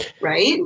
right